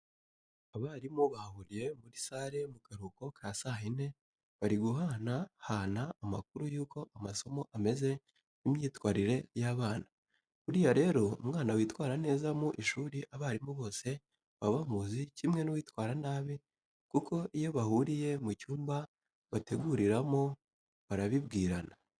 Abarimu bahuriye muri sale mu karuhuko ka saa yine, bari guhana hana amakuru y'uko amasomo ameze n'imyitwarire y'abana. Buriya rero umwana witwara neza mu ishuri abarimu bose baba bamuzi kimwe n'uwitwara nabi kuko iyo bahuriye mu cyumba bateguriramo barabibwirana.